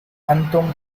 أنتم